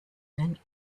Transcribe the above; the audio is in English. than